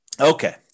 Okay